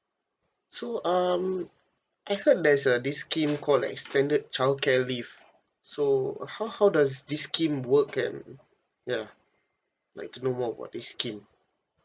so um I heard there's a this scheme called extended childcare leave so how how does this scheme work and ya like to know more about this scheme